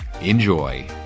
Enjoy